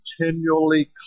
continually